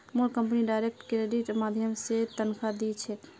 मोर company direct क्रेडिटेर माध्यम स तनख़ा दी छेक